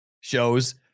shows